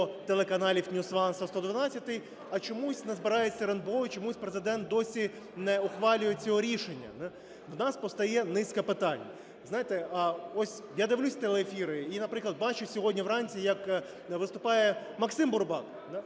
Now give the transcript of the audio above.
телеканалів NewsOne та "112", а чомусь не збирається РНБО і чомусь Президент досі не ухвалює цього рішення, да. У нас постає низка питань. Знаєте, а ось я дивлюсь телеефіри і, наприклад, бачу сьогодні вранці як виступає Максим Бурбак,